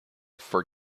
for